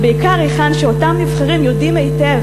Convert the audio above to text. בעיקר היכן שאותם נבחרים יודעים היטב